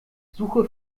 suche